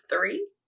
three